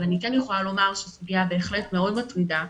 אבל אני כן יכולה לומר שזו פגיעה בהחלט מאוד מטרידה.